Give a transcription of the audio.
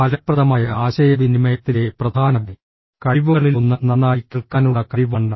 ഫലപ്രദമായ ആശയവിനിമയത്തിലെ പ്രധാന കഴിവുകളിലൊന്ന് നന്നായി കേൾക്കാനുള്ള കഴിവാണ്